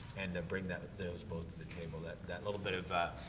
and bring that those both to the table. that, that little bit of, ah,